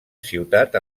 ciutat